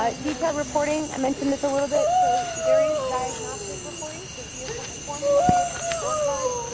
ah detail reporting. i mentioned this a little bit. so there is diagnostic reporting, so vehicle performance, vehicle score cards.